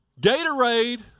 Gatorade